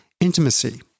intimacy